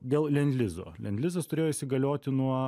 dėl lendlizo ledlizas turėjo įsigalioti nuo